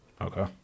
Okay